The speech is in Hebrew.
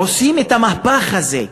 עושים את המהפך הזה.